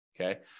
Okay